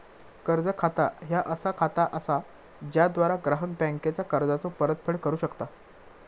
कर्ज खाता ह्या असा खाता असा ज्याद्वारा ग्राहक बँकेचा कर्जाचो परतफेड करू शकता